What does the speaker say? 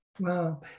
Wow